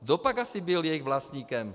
Kdopak asi byl jejich vlastníkem?